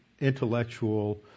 intellectual